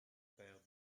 père